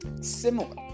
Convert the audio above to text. similar